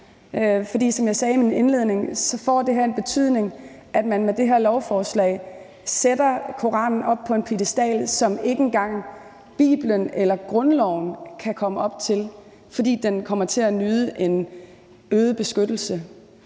For som jeg sagde i min indledning, får det en betydning, at man med det her lovforslag sætter Koranen op på en piedestal, som ikke engang Bibelen eller grundloven kan komme op på, fordi den kommer til at nyde en øget beskyttelse.